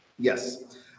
Yes